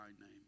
name